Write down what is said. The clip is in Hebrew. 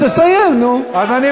תעזור לנו, ריבונו